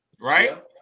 Right